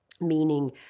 meaning